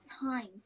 time